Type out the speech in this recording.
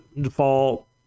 default